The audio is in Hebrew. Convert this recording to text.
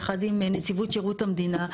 יחד עם נציבות שירות המדינה.